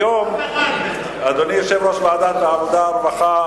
היום, אף אחד, אדוני יושב-ראש ועדת העבודה, הרווחה